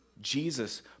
Jesus